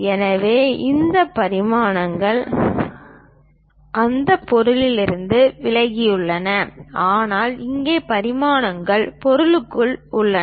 எனவே இந்த பரிமாணங்கள் அந்த பொருளிலிருந்து விலகி உள்ளன ஆனால் இங்கே பரிமாணங்கள் பொருளுக்குள் உள்ளன